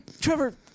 Trevor